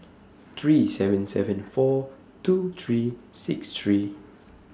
three seven seven four two three six three